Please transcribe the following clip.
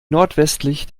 nordwestlich